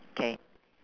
K